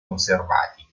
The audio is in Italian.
conservati